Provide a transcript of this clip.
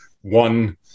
one